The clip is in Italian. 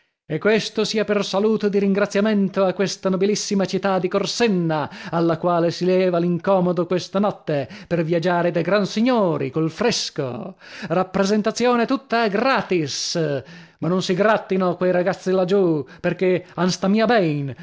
e questo sia per saluto di ringraziamento a questa nobilissima città di corsenna alla quale si leva l'incomodo questa notte per viaggiare da gran signori col fresco rappresentazione tutta a gratis ma non si grattino quei ragazzi laggiù perchè a n'sta mia bein